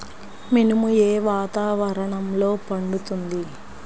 మినుము ఏ వాతావరణంలో పండుతుంది?